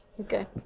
Okay